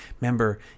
remember